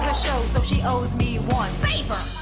ah show so she owes me one favor.